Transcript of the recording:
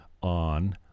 on